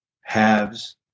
halves